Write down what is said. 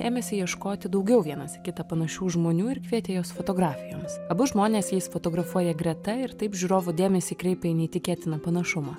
ėmėsi ieškoti daugiau vienas į kitą panašių žmonių ir kvietė juos fotografijoms abu žmones jis fotografuoja greta ir taip žiūrovų dėmesį kreipia į neįtikėtiną panašumą